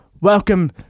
welcome